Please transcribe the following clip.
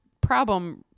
problem